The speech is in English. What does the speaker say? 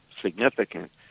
significant